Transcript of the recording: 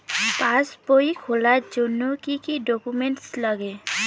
পাসবই খোলার জন্য কি কি ডকুমেন্টস লাগে?